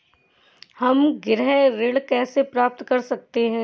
हम गृह ऋण कैसे प्राप्त कर सकते हैं?